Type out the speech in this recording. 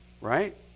Right